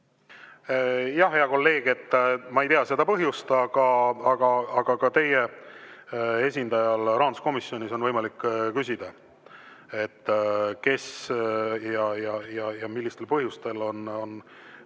Jah, hea kolleeg, ma ei tea seda põhjust, aga ka teie esindajal rahanduskomisjonis on võimalik küsida, kes ja millistel põhjustel on